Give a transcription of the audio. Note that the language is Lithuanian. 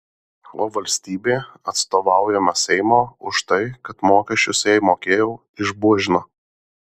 o valstybė atstovaujama seimo už tai kad mokesčius jai mokėjau išbuožino